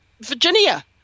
Virginia